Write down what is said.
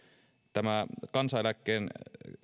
tämä kansaneläkkeen